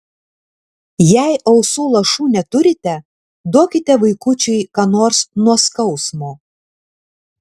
jei ausų lašų neturite duokite vaikučiui ką nors nuo skausmo